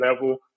level